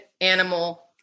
animal